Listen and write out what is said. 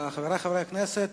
חברי חברי הכנסת,